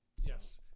Yes